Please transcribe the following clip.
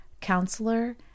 counselor